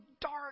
dark